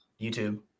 YouTube